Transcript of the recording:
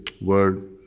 word